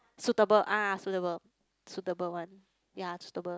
suitable ah suitable suitable one yea suitable